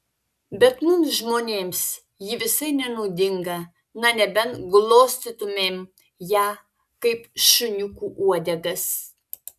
bet mums žmonėms ji visai nenaudinga na nebent glostytumėm ją kaip šuniukų uodegas